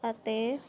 ਅਤੇ